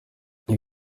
ibi